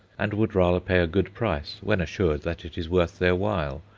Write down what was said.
and would rather pay a good price, when assured that it is worth their while,